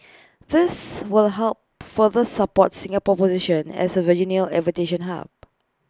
this will help further support Singapore's position as A regional aviation hub